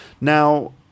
Now